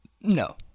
No